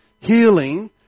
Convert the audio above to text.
healing